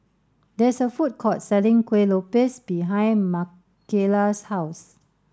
there is a food court selling Kuih Lopes behind Makayla's house